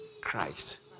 Christ